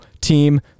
team